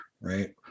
right